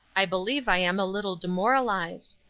i believe i am a little demoralized.